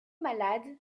malade